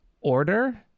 order